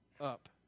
up